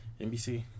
NBC